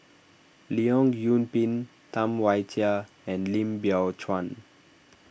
Leong Yoon Pin Tam Wai Jia and Lim Biow Chuan